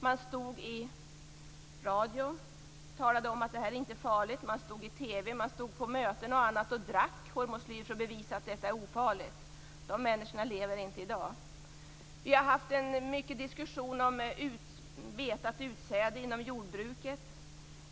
Man talade i radio, i TV och på möten om att det inte var farligt, och man drack hormoslyr för att bevisa att det var ofarligt. De människorna lever inte i dag. Vi har också haft mycket diskussion om betat utsäde inom jordbruket.